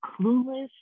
Clueless